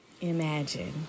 imagine